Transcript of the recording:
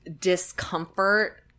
discomfort